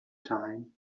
time